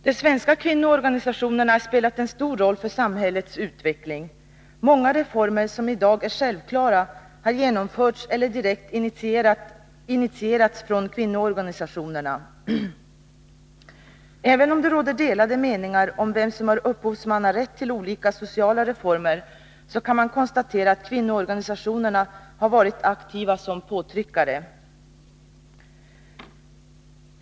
De svenska kvinnoorganisationerna har spelat en stor roll för samhällets utveckling. Många reformer som i dag är självklara har direkt initierats av kvinnoorganisationerna. Även om det råder delade meningar om vem som har upphovsmannarätt till olika sociala reformer, kan man konstatera att kvinnoorganisationerna har varit aktiva som påtryckare.